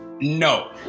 No